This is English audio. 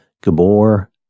Gabor